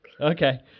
Okay